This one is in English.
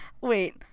wait